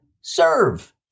Serve